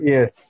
Yes